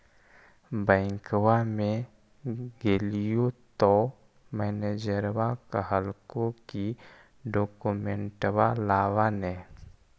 बैंकवा मे गेलिओ तौ मैनेजरवा कहलको कि डोकमेनटवा लाव ने?